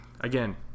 again